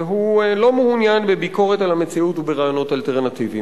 והוא "לא מעוניין בביקורת על המציאות וברעיונות אלטרנטיביים".